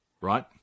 right